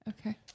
Okay